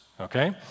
okay